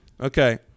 okay